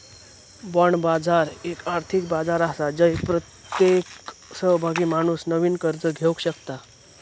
bond बाजार एक आर्थिक बाजार आसा जय प्रत्येक सहभागी माणूस नवीन कर्ज घेवक शकता